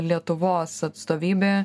lietuvos atstovybė